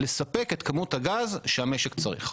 לספק את כמות הגז שהמשק צריך,